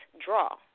draw